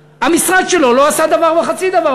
המשרד שלו לא עשה דבר וחצי דבר,